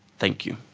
thank you.